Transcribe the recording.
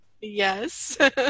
Yes